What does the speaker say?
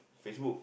Facebook